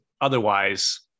otherwise